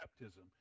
baptism